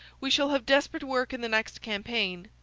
we shall have desperate work in the next campaign.